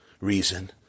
reason